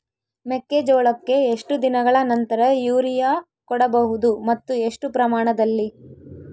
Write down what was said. ಮೆಕ್ಕೆಜೋಳಕ್ಕೆ ಎಷ್ಟು ದಿನಗಳ ನಂತರ ಯೂರಿಯಾ ಕೊಡಬಹುದು ಮತ್ತು ಎಷ್ಟು ಪ್ರಮಾಣದಲ್ಲಿ?